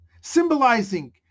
symbolizing